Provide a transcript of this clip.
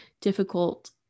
difficult